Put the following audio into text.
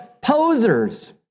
posers